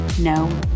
no